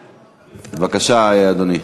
בבקשה, אדוני.